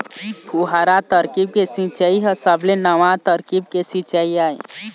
फुहारा तरकीब के सिंचई ह सबले नवा तरकीब के सिंचई आय